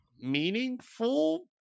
meaningful